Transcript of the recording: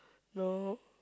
no